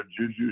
Juju